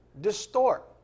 distort